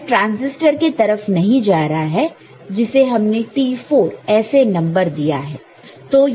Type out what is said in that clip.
current transistor के तरफ नहीं जा रहा है जिसे हमने T4 ऐसे नंबर दिया है